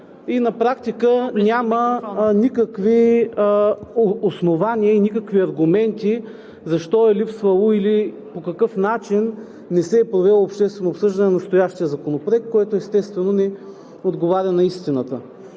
На практика няма никакви основания и никакви аргументи защо е липсвало или по какъв начин не се е провело обществено обсъждане на настоящия закон, което, естествено, не отговаря на истината.